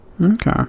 Okay